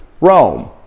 Rome